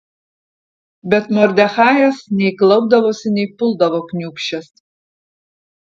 bet mordechajas nei klaupdavosi nei puldavo kniūbsčias